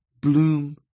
bloom